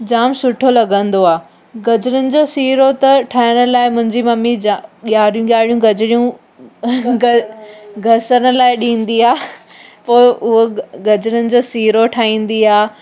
जामु सुठो लॻंदो आहे गजरुनि जो सीरो त ठाहिण जे लाइ मुंहिंजी ममी जा ॻाढ़ी ॻाढ़ियूं गजरूं घ घसणु लाइ ॾींदी आहे पोइ हू गजरुनि जो सीरो ठाहींदी आहे